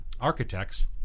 architects